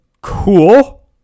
cool